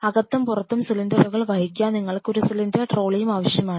അകത്തും പുറത്തും സിലിണ്ടറുകൾ വഹിക്കാൻ നിങ്ങൾക്ക് ഒരു സിലിണ്ടർ ട്രോളിയും ആവശ്യമാണ്